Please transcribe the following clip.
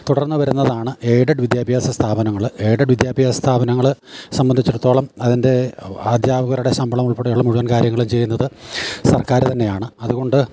തുടർന്ന് വരുന്നതാണ് ഏയ്ഡഡ് വിദ്യാഭ്യാസ സ്ഥാപനങ്ങൾ ഏയ്ഡഡ് വിദ്യാഭ്യാസ സ്ഥാപനങ്ങൾ സമ്പന്ധിച്ചെടുത്തോളം അതിൻ്റെ അദ്ധ്യാപകരുടെ ശമ്പളം ഉൾപ്പെടെ ഉള്ള മുഴുവൻ കാര്യങ്ങളും ചെയ്യുന്നത് സർക്കാർ തന്നെയാണ് അതുകൊണ്ട്